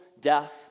death